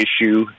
issue